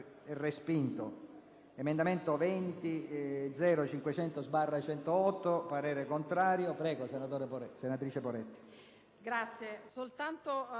Grazie,